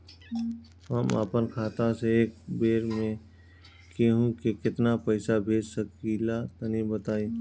हम आपन खाता से एक बेर मे केंहू के केतना पईसा भेज सकिला तनि बताईं?